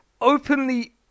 openly